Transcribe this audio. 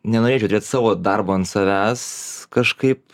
nenorėčiau turėt savo darbo ant savęs kažkaip